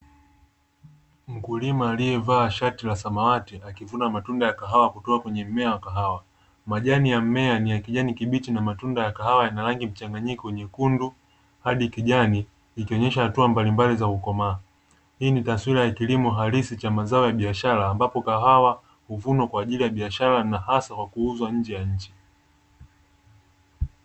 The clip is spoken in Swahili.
Mkulima aliyevaa sharti la samawati akivuna matunda ya kahawa kutoka kwenye mmea, kahawa majani ya mmea ni ya kijani kibichi na matunda ya kahawa yana rangi mchanganyiko, nyekundu hadi kijani ikionyesha hatua mbalimbali za ukomaa hii ni taswira ya kilimo halisi cha mazao ya biashara, ambapo kahawa uvunwa kwa ajili ya biashara na hasa kwa kuuzwa nje ya nchi